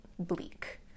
bleak